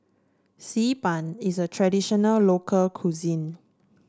Xi Ban is a traditional local cuisine